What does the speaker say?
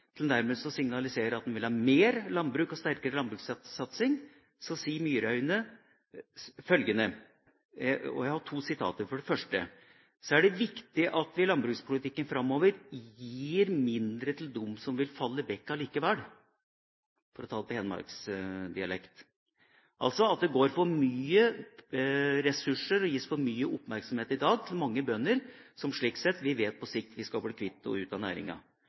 til nærmest å signalisere at han vil ha mer landbruk og sterkere landbrukssatsing. Da sier Myraune for det første at det er viktig at vi i landbrukspolitikken framover gir mindre til dem som «faller bort om noen år i alle fall» – altså at det i dag går for mye ressurser og gis for mye oppmerksomhet til mange bønder som vi på sikt vet at vi vil bli kvitt i næringa. For det andre sier Myraune i innlegget sitt at deler av